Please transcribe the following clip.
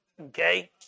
Okay